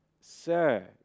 Sir